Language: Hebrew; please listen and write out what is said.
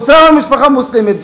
אוסאמה ממשפחה מוסלמית,